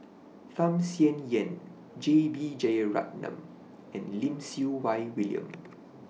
Tham Sien Yen J B Jeyaretnam and Lim Siew Wai William